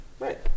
Right